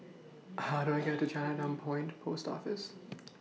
How Do I get to Chinatown Point Post Office